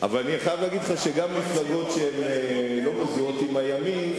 אבל אני חייב להגיד לך שגם מפלגות שלא מזוהות עם הימין,